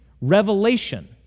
revelation